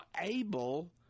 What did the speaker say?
able